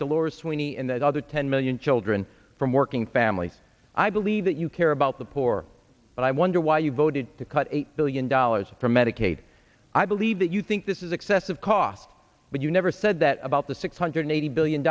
sweeney and that other ten million children from working families i believe that you care about the poor but i wonder why you voted to cut eight billion dollars from medicaid i believe that you think this is excessive cost but you never said that about the six hundred eighty billion